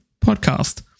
podcast